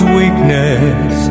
weakness